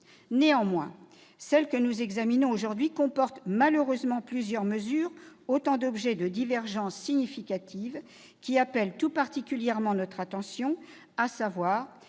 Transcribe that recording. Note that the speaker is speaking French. Néanmoins, celle que nous examinons aujourd'hui comporte malheureusement plusieurs mesures faisant l'objet de divergences significatives, qui appellent tout particulièrement notre attention ; ce